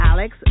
Alex